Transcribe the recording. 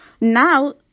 Now